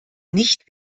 nicht